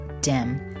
dim